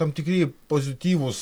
tam tikri pozityvūs